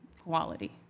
quality